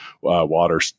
water